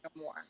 more